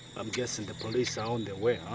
am guessing the police are on their way,